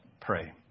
pray